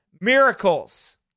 miracles